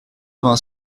vingt